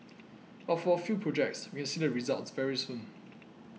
but for a few projects we can see the results very soon